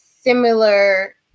similar